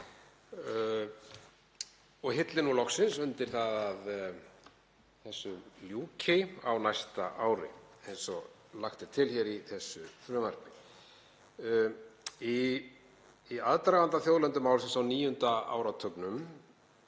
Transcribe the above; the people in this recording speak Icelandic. og hillir nú loksins undir að því ljúki á næsta ári, eins og lagt er til í þessu frumvarpi. Í aðdraganda þjóðlendumálsins á níunda áratugnum